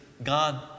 God